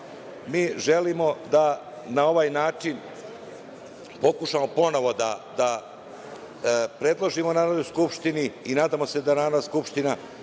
mi želimo da na ovaj način pokušamo ponovo da predložimo Narodnoj skupštini i nadam se da će Narodna skupština